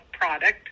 product